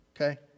okay